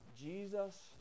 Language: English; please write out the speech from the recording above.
Jesus